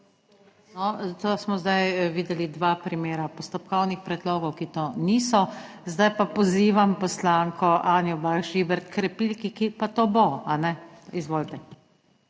to smo zdaj videli 2 primera postopkovnih predlogov, ki to niso, zdaj pa pozivam poslanko Anjo Bah Žibert k repliki, ki pa to bo, kajne? Izvolite.